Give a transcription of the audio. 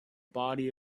body